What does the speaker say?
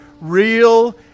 real